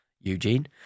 Eugene